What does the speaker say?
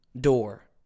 door